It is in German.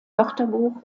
wörterbuch